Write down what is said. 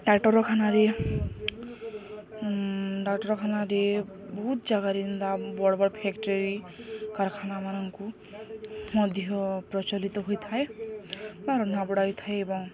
ଡାକ୍ତରଖାନାରେ ଡାକ୍ତରଖାନାରେ ବହୁତ ଜାଗାରେ ବଡ଼ ବଡ଼ ଫ୍ୟାକ୍ଟରୀ କାରଖାନାମାନଙ୍କୁ ମଧ୍ୟ ପ୍ରଚଳିତ ହୋଇଥାଏ ବା ରନ୍ଧା ବଢ଼ା ହୋଇଥାଏ ଏବଂ